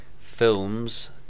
films